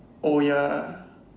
oh ya